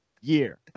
year